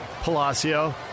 Palacio